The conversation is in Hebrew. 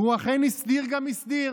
והוא אכן הסדיר גם הסדיר